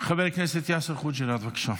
חבר הכנסת יאסר חוג'יראת, בבקשה.